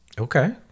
Okay